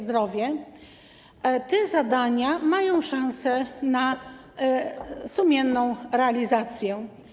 Zdrowie, czy te zadania mają szansę na sumienną realizację.